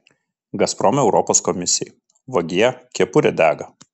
gazprom europos komisijai vagie kepurė dega